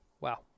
Wow